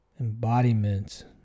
embodiment